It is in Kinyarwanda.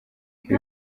ibi